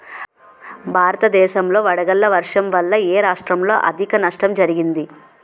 భారతదేశం లో వడగళ్ల వర్షం వల్ల ఎ రాష్ట్రంలో అధిక నష్టం జరిగింది?